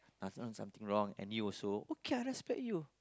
I've done something wrong and you also okay I respect you